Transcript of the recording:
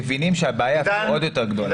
מבינים שהבעיה היא אפילו עוד יותר גדולה.